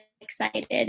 excited